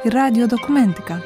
ir radijo dokumentika